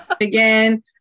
Again